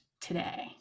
today